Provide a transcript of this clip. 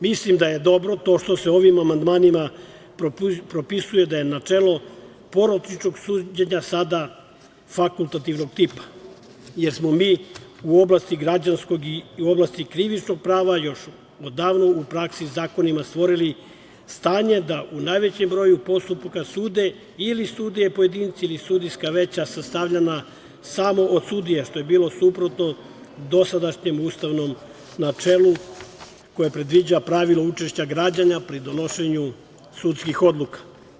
Mislim da je dobro to što se ovim amandmanima propisuje da je načelo porodičnog suđenja sada fakultativnog tipa, jer smo mi u oblasti građanskog i krivičnog prava još odavno u praksi zakonima stvorili stanje da u najvećem broju postupaka sude ili sudije pojedinci ili sudijska veća sastavljena samo od sudija, što je bilo suprotno dosadašnjem ustavnom načelu koje predviđa pravilo učešća građana pri donošenju sudskih odluka.